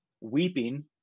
weeping